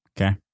Okay